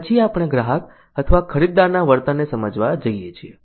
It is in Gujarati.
પછી આપણે ગ્રાહક અથવા ખરીદદારના વર્તનને સમજવા જઈએ છીએ